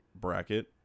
bracket